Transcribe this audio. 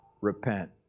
repent